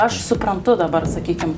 aš suprantu dabar sakykim